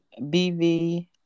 BV